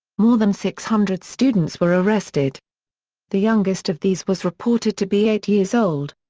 more than six hundred students were arrested the youngest of these was reported to be eight years old.